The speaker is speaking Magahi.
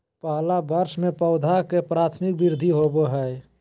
पहला वर्ष में पौधा के प्राथमिक वृद्धि होबो हइ